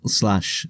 slash